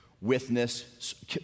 Witness